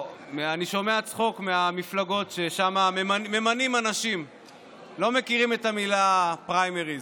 אני שומע צחוק מהמפלגות שבהן ממנים אנשים ולא מכירים את המילה פריימריז.